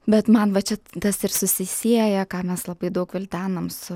bet man va čia tas ir susisieja ką mes labai daug gvildenam su